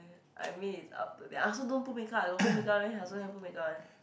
I mean it's up to their I also don't put makeup I don't put makeup eh I also never put makeup eh